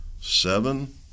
Seven